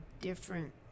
different